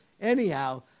Anyhow